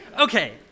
Okay